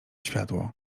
światło